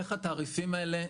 איך התעריפים האלה,